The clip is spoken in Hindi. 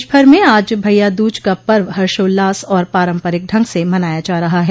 प्रदेश भर में आज भइया द्ज का पर्व हर्षोल्लास और पारम्परिक ढंग से मनाया जा रहा है